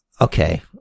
Okay